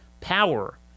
power